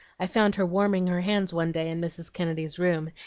i found her warming her hands one day in mrs. kennedy's room,